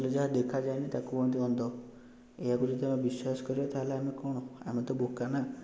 ବୋଲି ଦେଖାଯାଏନି ତାକୁ କୁହନ୍ତି ଅନ୍ଧ ଏହାକୁ ଯଦି ଆମେ ବିଶ୍ୱାସ କରିବା ତା'ହେଲେ ଆମେ କ'ଣ ଆମେ ତ ବୋକା ନା